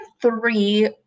three